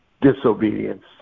Disobedience